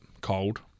cold